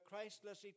Christless